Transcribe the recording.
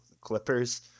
Clippers